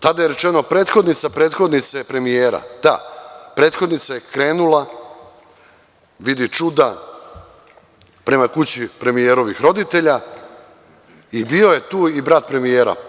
Tada je rečeno – prethodnica prethodnice premijera, ta prethodnica je krenula, vidi čuda, prema kući premijerovih roditelja i bio je tu i brat premijera.